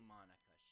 Monica